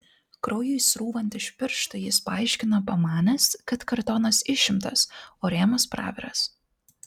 kraujui srūvant iš pirštų jis paaiškino pamanęs kad kartonas išimtas o rėmas praviras